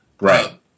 right